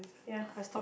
ya